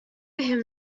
him